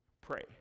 pray